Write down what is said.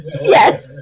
Yes